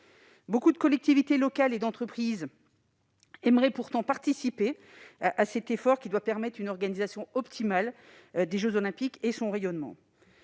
nombreuses collectivités locales et entreprises aimeraient pourtant participer à cet effort, qui doit permettre une organisation optimale des jeux Olympiques et leur rayonnement.